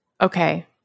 Okay